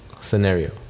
Scenario